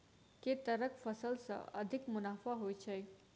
केँ तरहक फसल सऽ अधिक मुनाफा होइ छै?